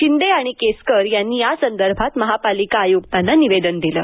शिंदे आणि केसकर यांनी यासंदर्भात महापालिका आयुक्तांना निवेदन दिलं आहे